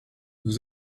nous